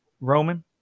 Roman